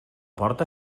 porta